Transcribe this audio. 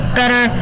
better